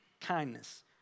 kindness